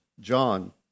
John